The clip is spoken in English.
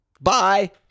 bye